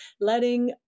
letting